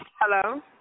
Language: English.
Hello